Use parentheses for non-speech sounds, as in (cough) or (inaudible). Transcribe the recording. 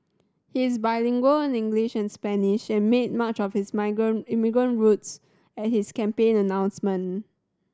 he is bilingual in English and Spanish and made much of his (unintelligible) immigrant roots at his campaign announcement